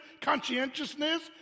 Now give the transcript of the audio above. conscientiousness